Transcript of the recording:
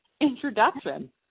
introduction